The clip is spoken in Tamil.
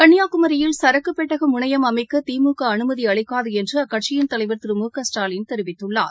கள்ளியாகுமரியில் சரக்கு பெட்டக முனையம் அமைக்க திமுக அனுமதி அளிக்காது என்று அக்கட்சியின் தலைவர் திரு மு க ஸ்டாலின் தெரிவித்தள்ளார்